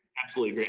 actually,